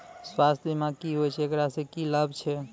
स्वास्थ्य बीमा की होय छै, एकरा से की लाभ छै?